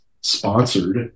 sponsored